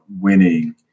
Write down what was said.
winning